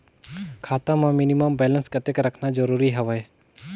खाता मां minimum balance कतेक रखना जरूरी हवय?